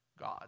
God